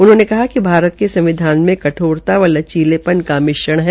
उन्होंने कहा कि संविधान में कठोरता व लचीलेपन का मिश्रण है